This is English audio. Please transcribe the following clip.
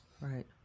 Right